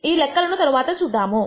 ఈ లెక్కలను తరువాత చూద్దాము